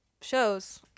shows